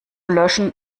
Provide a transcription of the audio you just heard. löschen